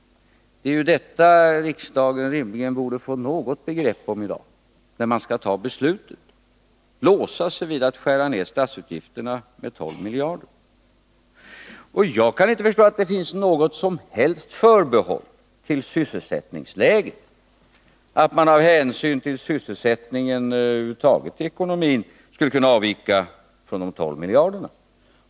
Det är detta riksdagen rimligen borde få något begrepp om i dag, när vi skall fatta beslut om att låsa oss vid att skära ned statsutgifterna med 12 miljarder kronor. Jag kan inte förstå att det finns något som helst förbehåll för sysselsättningsläget, att man av hänsyn till sysselsättningsläget skall kunna avvika från målet 12 miljarder.